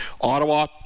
ottawa